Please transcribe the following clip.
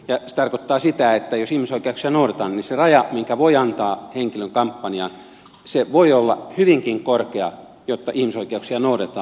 se tarkoittaa sitä että jos ihmisoikeuksia noudatetaan niin se raja minkä voi antaa henkilön kampanjaan voi olla hyvinkin korkea jotta ihmisoikeuksia noudatetaan